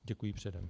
Děkuji předem.